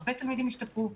הרבה תלמידים השתפרו,